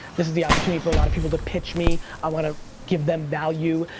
this is the opportunity for a lot of people to pitch me, i wanna give them value,